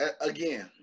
again